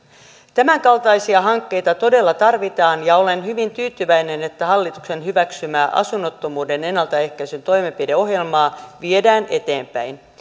tämänkaltaisia hankkeita todella tarvitaan ja olen hyvin tyytyväinen että hallituksen hyväksymää asunnottomuuden ennaltaehkäisyn toimenpideohjelmaa viedään eteenpäin myös